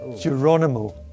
Geronimo